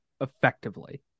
effectively